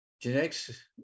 genetics